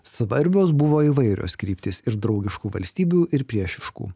svarbios buvo įvairios kryptys ir draugiškų valstybių ir priešiškų